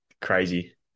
crazy